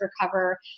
recover